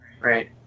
right